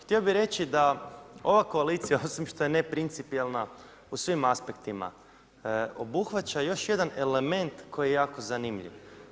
Htio bi reći da ova koalicija osim što je neprincipijelna u svim aspektima obuhvaća još jedan element koji je jako zanimljiv.